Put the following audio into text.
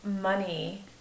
money